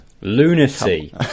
lunacy